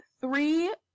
three